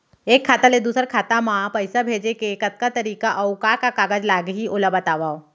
एक खाता ले दूसर खाता मा पइसा भेजे के कतका तरीका अऊ का का कागज लागही ओला बतावव?